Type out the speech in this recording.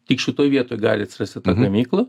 tik šitoj vietoj gali atsirasti ta gamykla